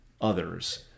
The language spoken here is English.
others